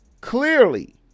clearly